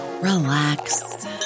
relax